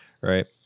right